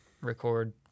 record